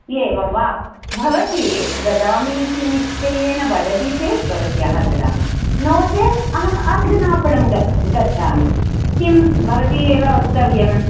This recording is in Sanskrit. एवं वा भवती ददामीति निश्चयेन वदति चेत् भवत्याः ददामि नो चेत् अहम् अग्रिम आपणं गच् गच्छामि किं भवती एव वक्तव्यम्